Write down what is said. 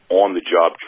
on-the-job